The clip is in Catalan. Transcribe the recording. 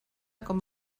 com